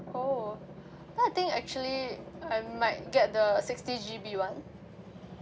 oh then I think actually I might get the sixty G_B one